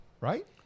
right